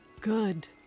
Good